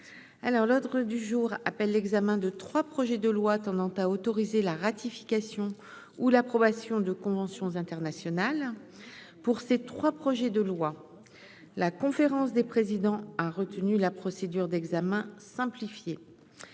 l'ordre du jour appelle l'examen de 3 projets de loi tendant à autoriser la ratification ou l'approbation de conventions internationales pour ces 3 projets de loi, la conférence des présidents a retenu la procédure d'examen simplifiée,